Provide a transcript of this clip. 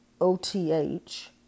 O-T-H